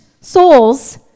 souls